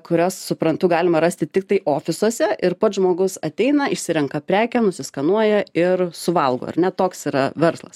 kurias suprantu galima rasti tiktai ofisuose ir pats žmogus ateina išsirenka prekę nusiskanuoja ir suvalgo ar ne toks yra verslas